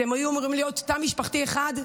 שהם היו אמורים להיות תא משפחתי אחד,